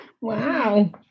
Wow